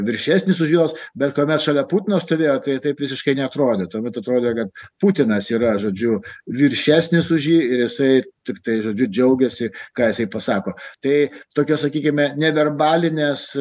viršesnis už juos bet kuomet šalia putino stovėjo tai taip visiškai neatrodė tuomet atrodė kad putinas yra žodžiu viršesnis už jį ir jisai tiktai žodžiu džiaugiasi ką jisai pasako tai tokia sakykime neverbalinės